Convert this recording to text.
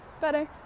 better